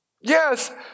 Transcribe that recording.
Yes